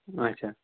اچھا